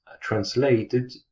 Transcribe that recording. translated